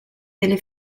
delle